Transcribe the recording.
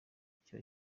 icyo